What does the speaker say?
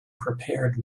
prepared